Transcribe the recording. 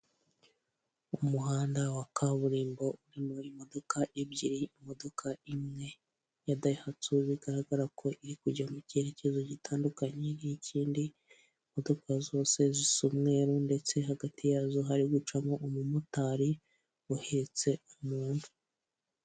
Umuhanda wa kaburimbo urimo imodoka ebyiri, imodoka imwe ya dayihatso bigaragako iri kujya mu cyerekezo gitandiukanye n'ikindi. Imodoka zose zisa umweru ndetse hagati yazo hari gucamo umumotari uhetse umuntu.